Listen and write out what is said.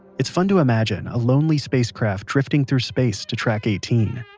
it's fun to imagine a lonely spacecraft drifting through space to track eighteen,